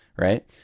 right